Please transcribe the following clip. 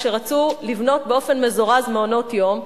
כשרצו לבנות באופן מזורז מעונות-יום,